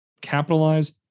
capitalize